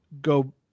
go